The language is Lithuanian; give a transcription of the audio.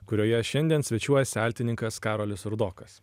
kurioje šiandien svečiuojasi altininkas karolis rudokas